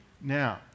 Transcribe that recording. Now